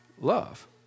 love